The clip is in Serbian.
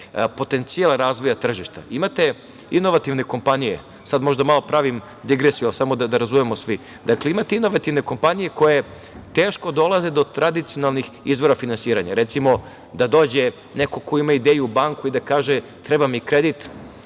potencijal razvoja tržišta. Imate inovativne kompanije, možda malo pravim digresiju, ali samo da razumemo svi, dakle, imate inovativne kompanije koje teško dolaze do tradicionalnih izvora finansiranja, recimo da dođe neko ko ima ideju, banku i da kaže treba mi kredit,